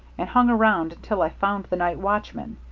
and hung around until i found the night watchman.